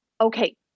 okay